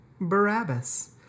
Barabbas